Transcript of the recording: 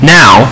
now